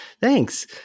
Thanks